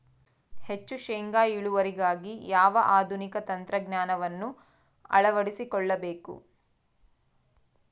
ಹೆಚ್ಚು ಶೇಂಗಾ ಇಳುವರಿಗಾಗಿ ಯಾವ ಆಧುನಿಕ ತಂತ್ರಜ್ಞಾನವನ್ನು ಅಳವಡಿಸಿಕೊಳ್ಳಬೇಕು?